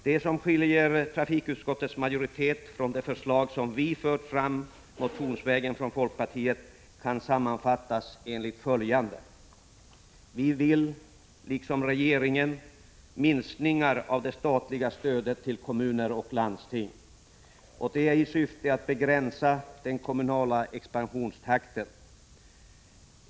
Det som skiljer trafikutskottets majoritet från de förslag som vi från folkpartiet motionsvägen har fört fram kan sammanfattas på följande sätt. Vi vill, liksom regeringen, minska det statliga stödet till kommuner och landsting — detta i syfte att begränsa den kommunala expansionstakten.